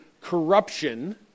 corruption